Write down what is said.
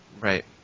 Right